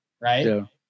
right